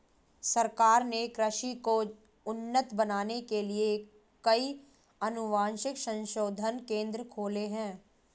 सरकार ने कृषि को उन्नत बनाने के लिए कई अनुवांशिक संशोधन केंद्र खोले हैं